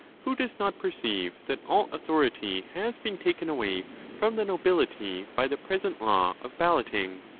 who does not per ceive that all authority has been taken away from the nobility by the present law of balloting?